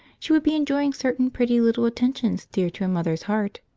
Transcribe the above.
she would be enjoying certain pretty little attentions dear to a mother's heart?